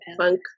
funk